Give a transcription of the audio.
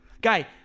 Guy